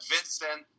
Vincent